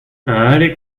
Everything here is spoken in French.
allez